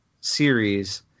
series